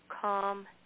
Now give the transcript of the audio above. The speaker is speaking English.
calm